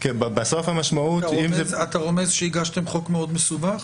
אתה רומז שהגשתם חוק מאוד מסובך?